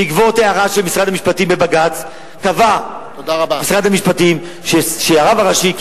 בעקבות הערה של משרד המשפטים בבג"ץ קבע משרד המשפטים שהרב הראשי,